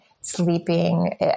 sleeping